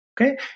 Okay